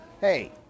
Hey